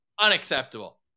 unacceptable